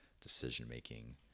decision-making